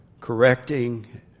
correcting